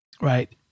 right